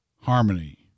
harmony